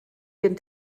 den